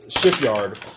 Shipyard